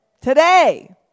Today